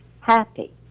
happy